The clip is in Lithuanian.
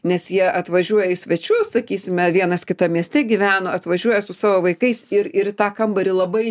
nes jie atvažiuoja į svečius sakysime vienas kitam mieste gyveno atvažiuoja su savo vaikais ir ir į tą kambarį labai